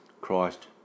Christ